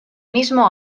mismo